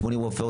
80 רופאי עור,